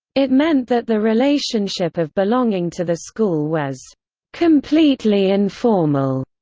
it meant that the relationship of belonging to the school was completely informal.